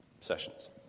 sessions